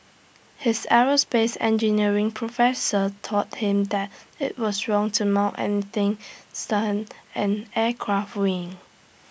his aerospace engineering professor taught him that IT was wrong to mount any things down an aircraft wing